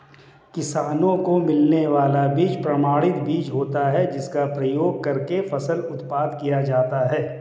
किसानों को मिलने वाला बीज प्रमाणित बीज होता है जिसका प्रयोग करके फसल उत्पादन किया जाता है